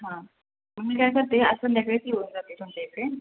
तर मी काय करते आज संध्याकाळीच येऊन जाते तुमच्या इथे